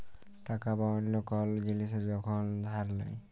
টাকা বা অল্য কল জিলিস যখল ধার দেয়